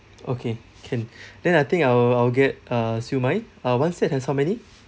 okay can then I think I will I'll get uh siu mai uh one set has how many